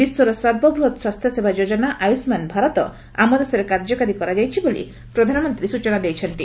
ବିଶ୍ୱର ସର୍ବବୃହତ୍ ସ୍ୱାସ୍ଥ୍ୟସେବା ଯୋଜନା ଆୟୁଷ୍ମାନ୍ ଭାରତ ଆମ ଦେଶରେ କାର୍ଯ୍ୟକାରୀ କରାଯାଇଛି ବୋଲି ପ୍ରଧାନମନ୍ତ୍ରୀ ସୂଚନା ଦେଇଛନ୍ତି